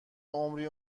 عمری